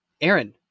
Aaron